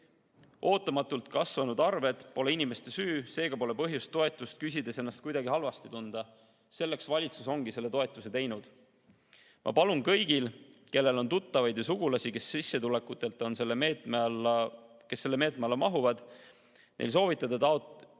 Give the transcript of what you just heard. Ootamatult kasvanud arved pole inimeste süü, seega pole põhjust toetust küsides ennast kuidagi halvasti tunda. Selleks valitsus ongi selle toetuse teinud. Ma palun kõigil, kellel on tuttavaid ja sugulasi, kes sissetulekutelt selle meetme alla mahuvad, soovitada neil